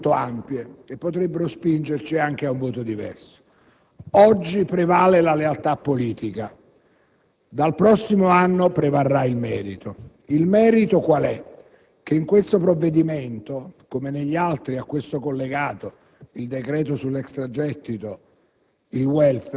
sarebbero molto ampie e potrebbero spingerci anche a un voto diverso. Oggi prevale la lealtà politica: dal prossimo anno prevarrà il merito. In questo provvedimento, come negli altri a questo collegato (il decreto sull'extragettito